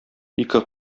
ике